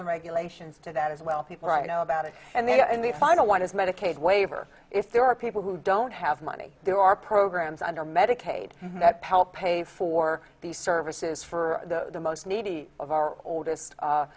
and regulations to that as well people i know about it and they and the final one is medicaid waiver if there are people who don't have money there are programs under medicaid that pell pay for these services for the most needy of our oldest